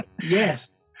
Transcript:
Yes